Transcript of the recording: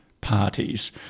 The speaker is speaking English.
parties